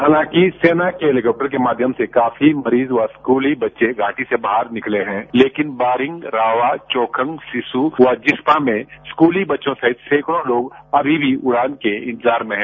हालांकि सेना हेलीकॉप्टर को माध्यम से काफी मरीज व स्कूल बच्चे घाटी से बाहर निकले हैं लेकिन बारिंग रावा चौखंग सीस्सू व जिस्पा में स्कूली बच्चों सहित सैंकड़ो लोग महीनों से उड़ान के इंतजार में है